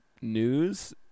News